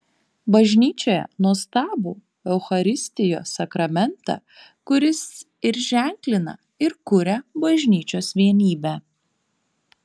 bažnyčioje nuostabų eucharistijos sakramentą kuris ir ženklina ir kuria bažnyčios vienybę